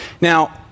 Now